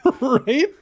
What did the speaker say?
right